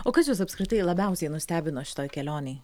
o kas jus apskritai labiausiai nustebino šitoj kelionėj